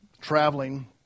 traveling